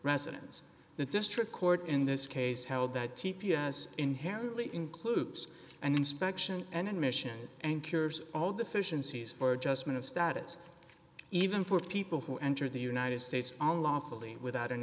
residence the district court in this case held that t p s inherently includes an inspection and admission and cures all deficiencies for adjustment of status even for people who enter the united states all lawfully without an